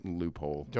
loophole